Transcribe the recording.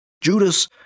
Judas